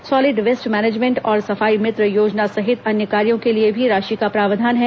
solid waste management और सफाई मित्र योजना सहित अन्य कार्यों के लिए भी राशि का प्रावधान है